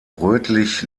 rötlich